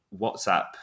WhatsApp